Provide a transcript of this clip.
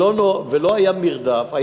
ולא היה מרדף.